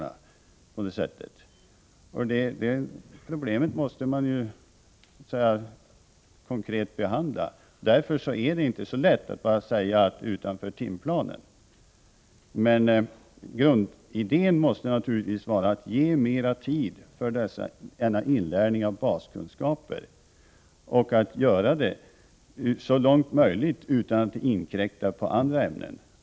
Det problem som Björn Samuelson aktualiserade måste vi konkret bearbeta. Det är att göra det för lätt för sig att bara säga: utanför timplanen. Grundidén måste naturligtvis vara att ge mera tid för denna inlärning av baskunskaper och att, så långt möjligt, göra det utan att inskränka på andra ämnen.